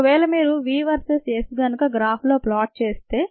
ఒకవేళ మీరు v versus S గనుక గ్రాఫ్లో ప్లాట్ చేస్తే